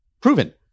proven